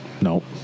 Nope